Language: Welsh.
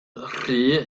rhy